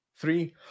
three